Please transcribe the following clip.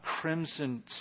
crimson